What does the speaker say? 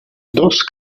dos